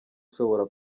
ushobora